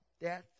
death